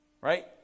right